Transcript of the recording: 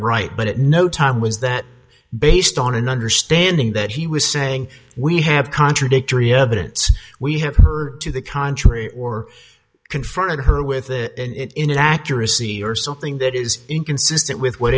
right but at no time was that based on an understanding that he was saying we have contradictory evidence we have her to the contrary or confronted her with it and in accuracy or something that is inconsistent with w